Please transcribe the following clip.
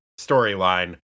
storyline